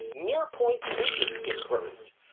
near point vision improved.